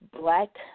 black